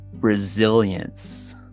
resilience